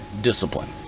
discipline